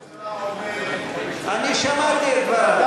כששר בממשלה עומד, אני שמעתי את דבריו.